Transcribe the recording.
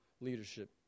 leadership